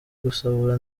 gusahura